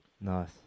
Nice